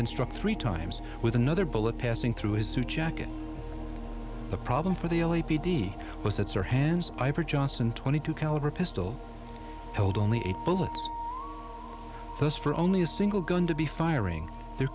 been struck three times with another bullet passing through his suit jacket the problem for the l a p d was that's our hands for johnson twenty two caliber pistol held only eight bullets first for only a single gun to be firing there